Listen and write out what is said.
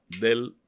del